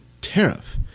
tariff